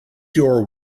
your